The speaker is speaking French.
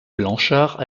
blanchard